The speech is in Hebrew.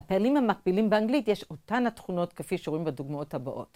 לפעלים המקבילים באנגלית יש אותן התכונות כפי שרואים בדוגמאות הבאות.